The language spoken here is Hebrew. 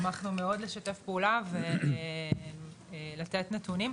בוקר טוב, שמחנו מאוד לשתף פעולה ולתת נתונים.